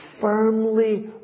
firmly